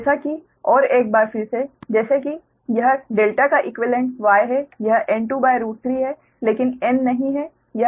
तो जैसा कि और एक बार फिर से जैसे कि यह ∆ का इक्वीवेलेंट Y है यह N23 है लेकिन N नहीं है